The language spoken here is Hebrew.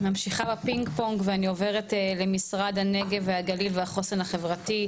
ממשיכה בפינג-פונג ואני עוברת למשרד הנגב והגליל והחוסן החברתי,